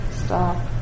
stop